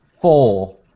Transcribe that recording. Four